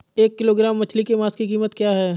एक किलोग्राम मछली के मांस की कीमत क्या है?